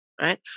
Right